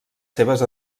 seves